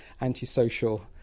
antisocial